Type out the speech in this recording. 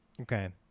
Okay